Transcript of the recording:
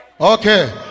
Okay